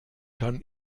kann